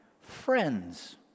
Friends